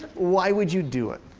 why would you do it?